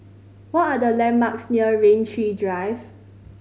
what are the landmarks near Rain Tree Drive